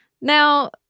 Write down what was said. Now